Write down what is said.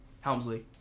Helmsley